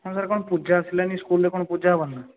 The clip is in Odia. ହଁ ସାର୍ କ'ଣ ପୂଜା ଆସିଲାଣି ସ୍କୁଲ୍ ରେ କ'ଣ ପୂଜା ହବନି ନା